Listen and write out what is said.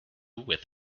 with